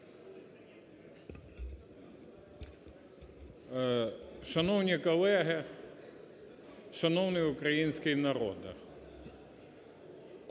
Шановні колеги, шановний український народе,